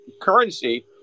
currency